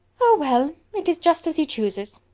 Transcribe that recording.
oh well! it is just as he chooses.